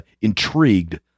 intrigued